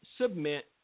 submit